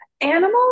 Animals